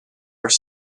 are